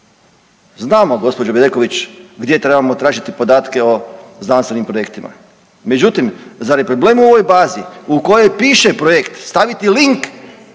Znamo gospođo Bedeković gdje trebamo tražiti podatke o znanstvenim projektima. Međutim, zar je problem u ovoj bazi u kojoj piše projekt staviti link,